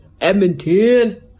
Edmonton